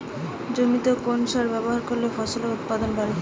জমিতে কোন সার ব্যবহার করলে ফসলের উৎপাদন বাড়ে?